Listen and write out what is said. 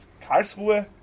Karlsruhe